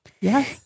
Yes